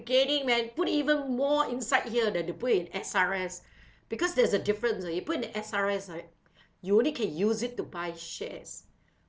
beginning man put even more inside here than to put in S_R_S because there's a difference you put in the S_R_S right you only can use it to buy shares